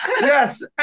Yes